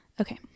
Okay